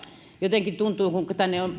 jotenkin tuntuu kun tänne